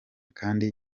kandi